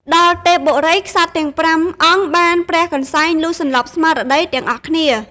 ដល់ទេពបុរី ក្សត្រទាំង ៥ អង្គបានព្រះកន្សែងលុះសន្លប់ស្មារតីទាំងអស់គ្នា។